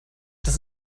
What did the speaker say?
das